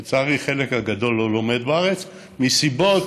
לצערי, החלק הגדול לא לומד בארץ, מסיבות